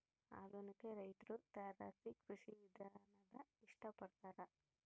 ಆಧುನಿಕ ರೈತ್ರು ತಾರಸಿ ಕೃಷಿ ವಿಧಾನಾನ ಇಷ್ಟ ಪಡ್ತಾರ